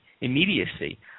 immediacy